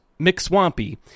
McSwampy